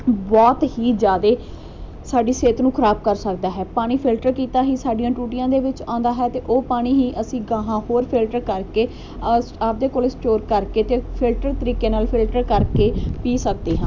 ਬਹੁਤ ਹੀ ਜ਼ਿਆਦਾ ਸਾਡੀ ਸਿਹਤ ਨੂੰ ਖ਼ਰਾਬ ਕਰ ਸਕਦਾ ਹੈ ਪਾਣੀ ਫਿਲਟਰ ਕੀਤਾ ਹੀ ਸਾਡੀਆਂ ਟੂਟੀਆਂ ਦੇ ਵਿੱਚ ਆਉਂਦਾ ਹੈ ਅਤੇ ਉਹ ਪਾਣੀ ਹੀ ਅਸੀਂ ਅਗਾਂਹ ਹੋਰ ਫਿਲਟਰ ਕਰਕੇ ਆ ਆਪਣੇ ਕੋਲ ਸਟੋਰ ਕਰਕੇ ਅਤੇ ਫਿਲਟਰ ਤਰੀਕੇ ਨਾਲ ਫਿਲਟਰ ਕਰਕੇ ਪੀ ਸਕਦੇ ਹਾਂ